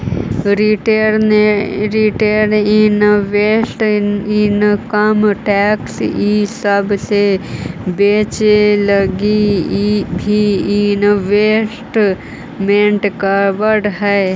retail investor income tax इ सब से बचे लगी भी इन्वेस्टमेंट करवावऽ हई